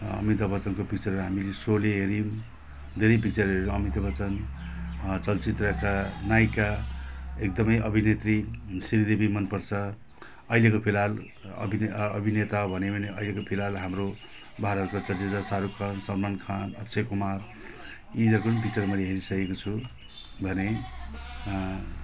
अमिताभ बच्चनको पिक्चरहरू हामी शोले हेर्यौँ धेरै पिक्चरहरू अमिताभ बच्चन चलचित्रका नायिका एकदमै अभिनेत्री श्रीदेवी मनपर्छ अहिलेको फिलहाल अभिनय अभिनेता भन्यो भने अहिलेको फिलहाल हाम्रो भारतको चलचित्र शाहरुख खान सलमान खान अक्षय कुमार यिनीहरूको पनि पिक्चर मैले हेरिसकेको छु भने